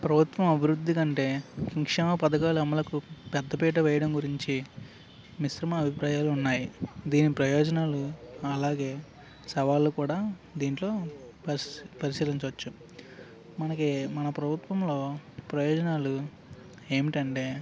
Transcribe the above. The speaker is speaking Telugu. ప్రభుత్వం అభివృద్ధి కంటే సంక్షేమ పథకాలు అమలుకు పెద్దపీట వేయడం గురించి మిశ్రమ అభిప్రాయాలు ఉన్నాయి దీని ప్రయోజనాలు అలాగే సవాళ్లు కూడా దీంట్లో పరిశీలించవచ్చు మనకి మన ప్రభుత్వంలో ప్రయోజనాలు ఏమిటంటే